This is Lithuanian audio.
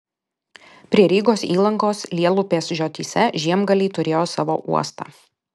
prie rygos įlankos lielupės žiotyse žemgaliai turėjo savo uostą